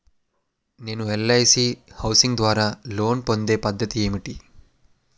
నేను LIC housing ద్వారా loan పొందే పద్ధతి ఏంటి?